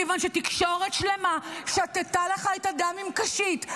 מכיוון שתקשורת שלמה שתתה לך את הדם עם קשית.